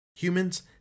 humans